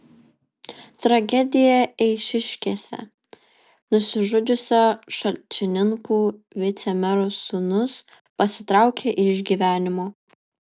tragedija eišiškėse nusižudžiusio šalčininkų vicemero sūnus pasitraukė iš gyvenimo